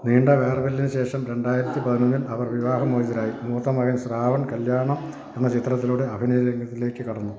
നീണ്ട വേർപിരിയലിന് ശേഷം രണ്ടായിരത്തി പതിനൊന്നിൽ അവർ വിവാഹമോചിതരായി മൂത്തമകൻ ശ്രാവൺ കല്യാണം എന്ന ചിത്രത്തിലൂടെ അഭിനയരംഗത്തിലേക്ക് കടന്നു